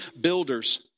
builders